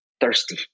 thirsty